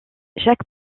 chaque